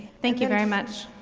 thank you very much.